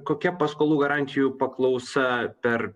kokia paskolų garantijų paklausa per